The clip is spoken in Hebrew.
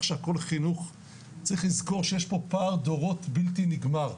שהכל חינוך צריך לזכור שיש פה פער דורות בלתי נגמר.